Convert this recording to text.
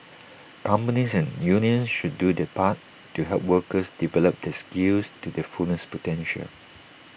companies and unions should do their part to help workers develop their skills to their fullest potential